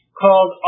called